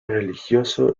religioso